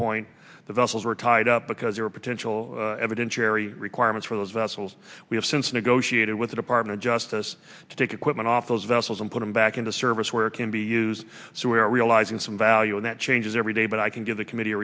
point the vessels were tied up because you're a potential evidence cherry requirements for those vessels we have since negotiated with the department of justice to take equipment off those vessels and put them back into service where it can be used so we are realizing some value in that changes every day but i can give the committee a